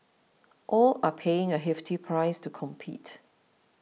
all are paying a hefty price to compete